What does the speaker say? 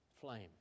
flame